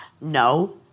No